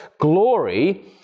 glory